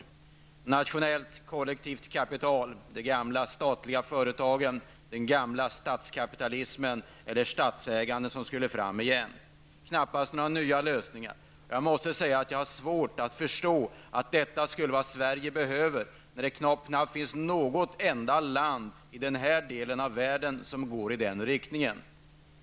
Det är ett nationellt kollektivt kapital, de gamla statliga företagen och den gamla statskapitalismen eller statsägandet som skall fram igen, men knappast några nya lösningar. Jag har svårt att förstå att detta är vad Sverige behöver. Det finns knappt något enda land i denna del av världen som går i den riktningen.